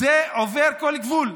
זה עובר כל גבול.